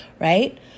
right